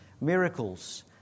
miracles